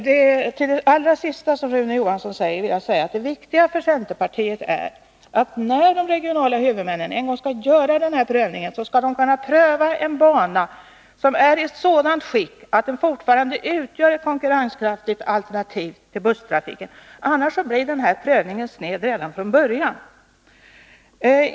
Herr talman! Beträffande det allra sista som Rune Johansson anförde vill jag framhålla att det viktiga för centerpartiet är att de regionala huvudmännen, när de en gång skall göra denna prövning, skall kunna pröva en bana, som är i ett sådant skick att den fortfarande utgör ett konkurrenskraftigt alternativ till busstrafiken. Annars blir denna prövning sned redan från början.